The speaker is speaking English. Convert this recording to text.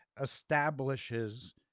establishes